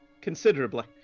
considerably